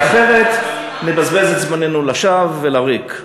כי אחרת נבזבז את זמננו לשווא ולריק.